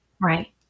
Right